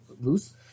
loose